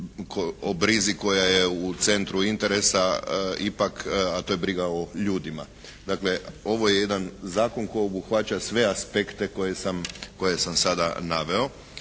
o brizi koja je u centru interesa ipak, a to je briga o ljudima. Dakle ovo je jedan zakon koji obuhvaća sve aspekte koje sam sada naveo.